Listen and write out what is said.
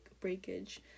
breakage